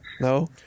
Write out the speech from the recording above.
no